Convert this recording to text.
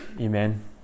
Amen